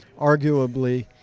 arguably